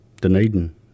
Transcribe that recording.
Dunedin